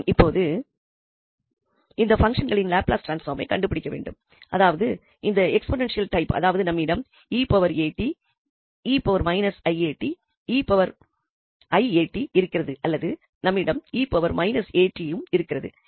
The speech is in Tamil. நாம் இப்பொழுது இந்த பங்சன்களின் லாப்லஸ் டிரான்ஸ்பாமை கண்டுபிடிக்கவேண்டும் அதாவது இந்த எக்ஸ்போநென்ஷியல் டைப் அதாவது நம்மிடம் 𝑒𝑎𝑡 𝑒𝑖𝑎𝑡 𝑒−𝑖𝑎𝑡 இருக்கிறது அல்லது நம்மிடம் 𝑒−𝑎𝑡 வும் இருக்கிறது